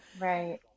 Right